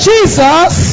Jesus